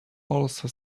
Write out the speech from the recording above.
also